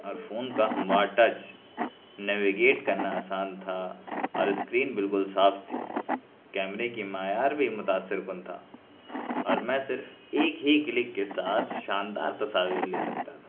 اور فون کا ہموار ٹچ نیویگیٹ کرنا آسان تھا اور اسکرین بالکل صاف تھی کیمرے کی معیار بھی متاثر کن تھا اور میں صرف ایک ہی کلک کے ساتھ شاندار تصاویر لے سکتا تھا